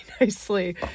nicely